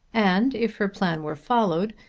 and, if her plan were followed,